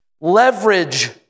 Leverage